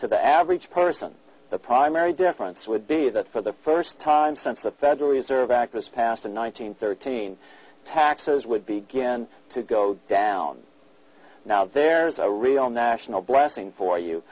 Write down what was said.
to the average person the primary difference would be that for the first time since the federal reserve act was passed in one nine hundred thirteen taxes would begin to go down now there is a real national blessing for you